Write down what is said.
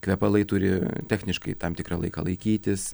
kvepalai turi techniškai tam tikrą laiką laikytis